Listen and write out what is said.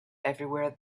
everywhere